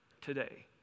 today